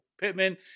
Pittman